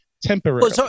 temporarily